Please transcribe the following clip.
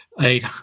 eight